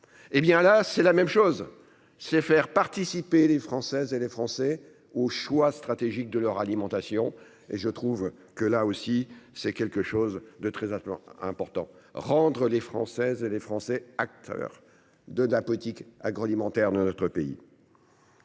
Eh bien là c'est la même chose c'est faire participer les Françaises et les Français au choix stratégiques de leur alimentation et je trouve que là aussi c'est quelque chose de très. Important Rendre les Françaises et les Français acteurs de la politique agroalimentaire de notre pays.